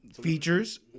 features